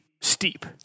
steep